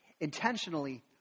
Intentionally